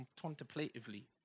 Contemplatively